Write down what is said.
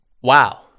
wow